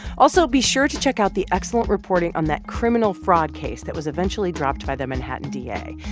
also, be sure to check out the excellent reporting on that criminal fraud case that was eventually dropped by the manhattan da.